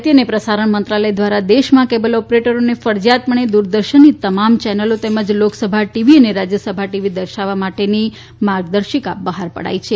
માહિતી અને પ્રસારણ મંત્રાલય દ્વારા દેશમાં કેબલ ઓપરેટરોને ફરજીયાતપણે દુરદર્શનની તમામ ચેનલો તેમજ લોકસભા ટીવી અને રાજ્યસભા ટીવી દર્શાવવા માટેની માર્ગદર્શિકા બહાર પડાઈ છે